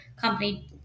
company